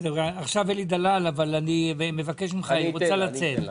עכשיו אלי דלל, אבל אני מבקש ממך; היא רוצה לתת.